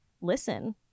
listen